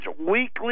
weekly